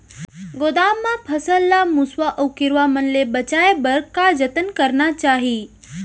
गोदाम मा फसल ला मुसवा अऊ कीरवा मन ले बचाये बर का जतन करना चाही?